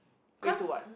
wait to what